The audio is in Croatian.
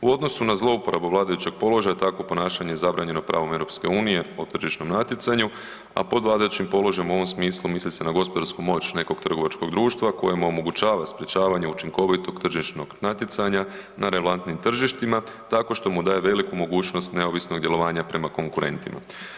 U odnosu na zlouporabu vladajućeg položaja, takvo ponašanje je zabranjeno pravom EU-a o tržišnom natjecanju a podvladajućim položajem u ovom smislu misli se na gospodarsku moć nekog trgovačkog društva kojemu omogućava sprječavanje učinkovitog tržišnog natjecanja na relevantnim tržištima tako što mu daje veliku mogućnost neovisnog djelovanja prema konkurentima.